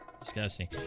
disgusting